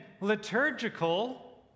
liturgical